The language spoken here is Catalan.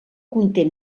conté